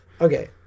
Okay